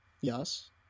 Yes